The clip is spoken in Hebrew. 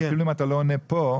אפילו אם אתה לא עונה פה,